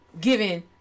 giving